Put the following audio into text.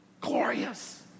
Glorious